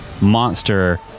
monster